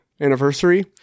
anniversary